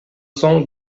соң